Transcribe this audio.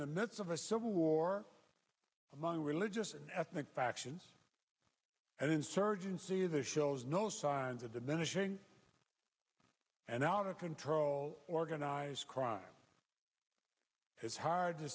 the midst of a civil war among religious and ethnic factions and insurgency that shows no signs of diminishing and out of control organized crime it's hard to